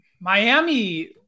miami